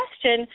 question